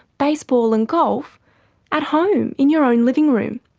baseball and golf at home in your own living room.